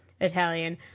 Italian